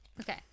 Okay